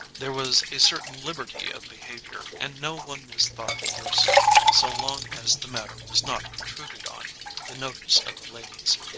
there was a certain liberty of behaviour and no one was thought the worse of, so long as the matter was not intruded on the notice of the ladies,